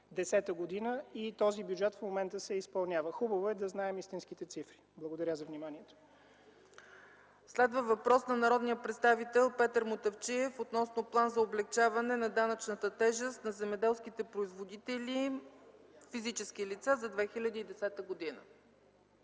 2010 г., и този бюджет в момента се изпълнява. Хубаво е да знаем истинските цифри. Благодаря за вниманието. ПРЕДСЕДАТЕЛ ЦЕЦКА ЦАЧЕВА: Следва въпрос на народния представител Петър Мутафчиев относно План за облекчаване на данъчната тежест на земеделските производители – физически лица, за 2010 г.